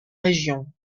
région